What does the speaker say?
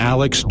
Alex